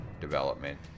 development